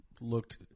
looked